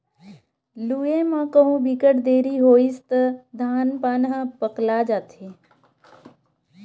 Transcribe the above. लूए म कहु बिकट देरी होइस त धान पान ह पकला जाथे